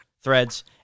Threads